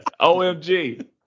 OMG